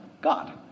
God